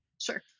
Sure